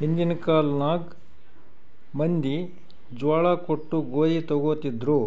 ಹಿಂದಿನ್ ಕಾಲ್ನಾಗ್ ಮಂದಿ ಜ್ವಾಳಾ ಕೊಟ್ಟು ಗೋದಿ ತೊಗೋತಿದ್ರು,